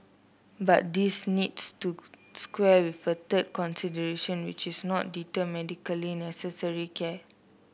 but this needs to square with a third consideration which is not deter medically necessary care